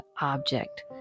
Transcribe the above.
object